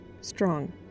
Strong